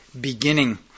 beginning